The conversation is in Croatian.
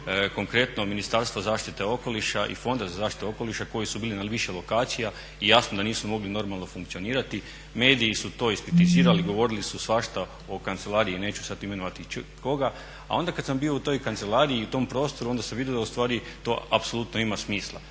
konkretnom Ministarstvo zaštite okoliša i Fonda za zaštitu okoliša koji su bili na više lokacija i jasno da nisu mogli normalno funkcionirati. Mediji su to iskritizirali, govorili su svašta o kancelariji, neću sad imenovati koga, a onda kad sam bio u toj kancelariji i tom prostoru onda se vidjelo da ustvari to apsolutno ima smisla.